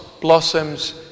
blossoms